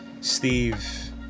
Steve